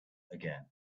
again